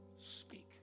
speak